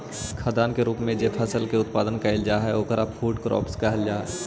खाद्यान्न के रूप में जे फसल के उत्पादन कैइल जा हई ओकरा फूड क्रॉप्स कहल जा हई